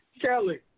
Kelly